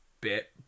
bit